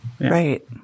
Right